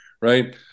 right